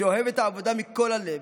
שאוהב את העבודה מכל הלב,